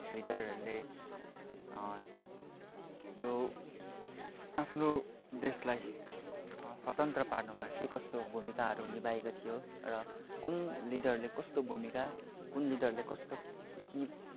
लिडरहरूले त्यो आफ्नो देशलाई स्वतन्त्र पार्नमा के कस्तो भूमिकाहरू निभाएको थियो र कुन लिडरले कस्तो भूमिका कुन लिडरले कस्तो कि